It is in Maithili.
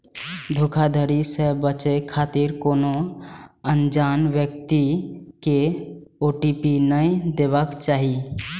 धोखाधड़ी सं बचै खातिर कोनो अनजान व्यक्ति कें ओ.टी.पी नै देबाक चाही